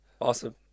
Awesome